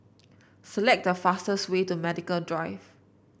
select the fastest way to Medical Drive